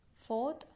Fourth